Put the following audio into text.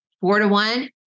Four-to-one